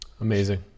Amazing